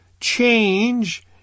change